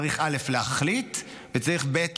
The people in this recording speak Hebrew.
צריך להחליט, וב.